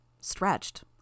stretched